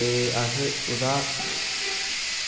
ते अस ओह्दा